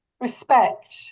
respect